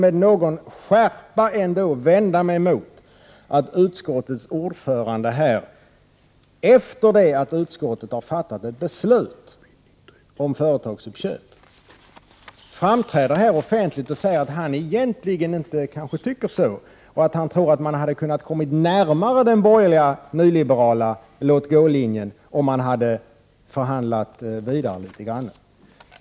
Med viss skärpa vill jag ändå framhålla att jag vänder mig emot att utskottets ordförande, efter det att utskottet har tagit ställning till företagsuppköpen, framträder offentligt här och säger att han egentligen inte har samma uppfattning. Han tror att man kunde ha kommit närmare den borgerliga nyliberala låt-gå-linjen, om man hade förhandlat ytterligare något.